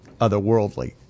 otherworldly